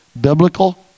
Biblical